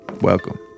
welcome